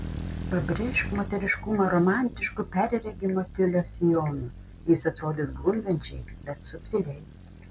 pabrėžk moteriškumą romantišku perregimo tiulio sijonu jis atrodys gundančiai bet subtiliai